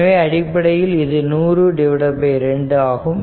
எனவே அடிப்படையில் இது 1002 ஆகும்